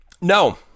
No